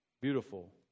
Beautiful